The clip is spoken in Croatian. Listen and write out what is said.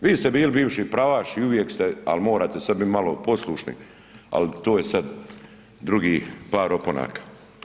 Vi ste bili bivši pravaš i uvijek ste, ali morate sad bit malo poslušni, ali to je sad drugi par opanaka.